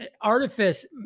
artifice